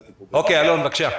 איתמר, תלחץ, בבקשה,